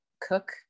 cook